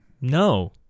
no